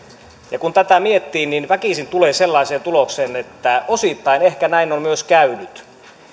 kun tätä miettii niin väkisin tulee sellaiseen tulokseen että osittain ehkä näin on myös käynyt